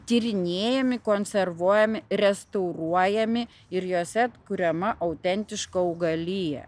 tyrinėjami konservuojami restauruojami ir juose kuriama autentiška augalija